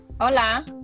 Hola